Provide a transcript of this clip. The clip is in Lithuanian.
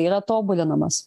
yra tobulinamas